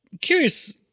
curious